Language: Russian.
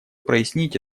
прояснить